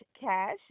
cash